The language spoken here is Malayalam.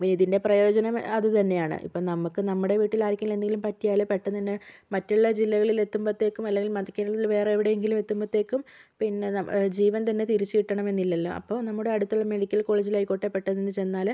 പിന്നെ ഇതിൻ്റെ പ്രയോജനം അതുതന്നെയാണ് ഇപ്പോൾ നമുക്ക് നമ്മുടെ വീട്ടിൽ ആർക്കെങ്കിലും എന്തെങ്കിലും പറ്റിയാൽ പെട്ടെന്നു തന്നെ മറ്റുള്ള ജില്ലകളിൽ എത്തുമ്പോഴത്തേക്കും അല്ലെങ്കിൽ വേറെ എവിടെയെങ്കിലും എത്തുമ്പോഴത്തേക്കും പിന്നെ നമ്മുടെ ജീവൻ തന്നെ തിരിച്ചു കിട്ടണം എന്നില്ലലോ നമ്മുടെ അടുത്തുള്ള മെഡിക്കൽ കോളേജിൽ ആയിക്കോട്ടെ പെട്ടെന്ന് ചെന്നാൽ